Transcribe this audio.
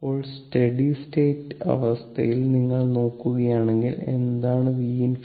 ഇപ്പോൾ steady state അവസ്ഥയിൽ നിങ്ങൾ നോക്കുകയാണെങ്കിൽ എന്താണ് V∞